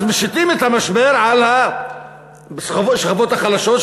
אז משיתים את המשבר על השכבות החלשות,